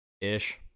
Ish